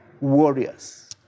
warriors